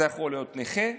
זה יכול להיות נכה,